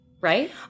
right